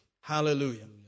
Hallelujah